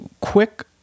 quick